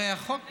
הרי החוק,